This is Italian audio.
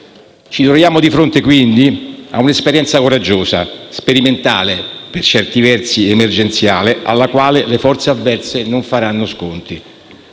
Ci troviamo di fronte, quindi, ad un'esperienza coraggiosa, sperimentale (per certi versi emergenziale), alla quale le forze avverse non faranno sconti.